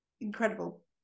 incredible